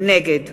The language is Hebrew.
נגד